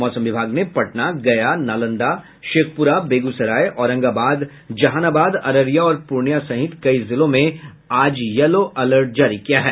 मौसम विभाग ने पटना गया नालंदा शेखप्रा बेगूसराय औरंगाबाद जहानाबाद अररिया और पूर्णियां सहित कई जिलों में आज येलो अलर्ट जारी किया है